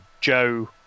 Joe